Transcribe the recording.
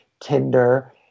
Tinder